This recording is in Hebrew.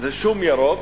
זה שום ירוק,